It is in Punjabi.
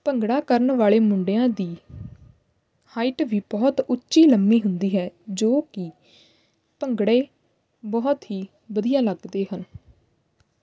ਭੰਗੜਾ ਕਰਨ ਵਾਲੇ ਮੁੰਡਿਆਂ ਦੀ ਹਾਈਟ ਵੀ ਬਹੁਤ ਉੱਚੀ ਲੰਬੀ ਹੁੰਦੀ ਹੈ ਜੋ ਕਿ ਭੰਗੜੇ ਬਹੁਤ ਹੀ ਵਧੀਆ ਲੱਗਦੇ ਹਨ